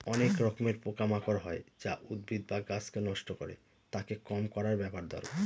অনেক রকমের পোকা মাকড় হয় যা উদ্ভিদ বা গাছকে নষ্ট করে, তাকে কম করার ব্যাপার দরকার